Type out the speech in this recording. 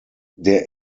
der